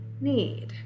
need